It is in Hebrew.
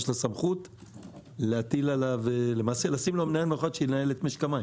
יש לה סמכות להטיל עליו ולשים לו מנהל מיוחד שינהל לו את משק המים.